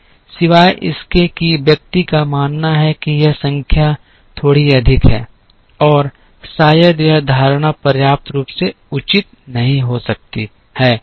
सिवाय इसके कि व्यक्ति का मानना है कि यह संख्या थोड़ी अधिक है और शायद यह धारणा पर्याप्त रूप से उचित नहीं हो सकती है कि यह एक शोर है